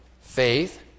faith